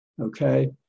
Okay